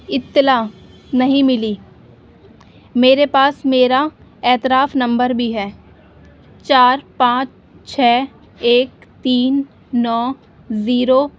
اطلاع نہیں ملی میرے پاس میرا اعتراف نمبر بھی ہے چار پانچ چھ ایک تین نو زیرو